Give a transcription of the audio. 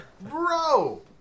Bro